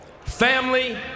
family